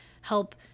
help